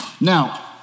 Now